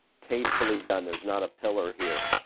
tastefully done, there's not a pillar here.